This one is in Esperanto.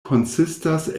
konsistas